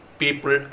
people